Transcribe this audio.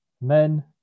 men